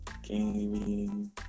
Gaming